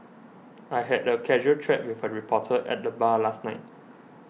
I had a casual chat with a reporter at the bar last night